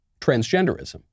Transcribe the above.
transgenderism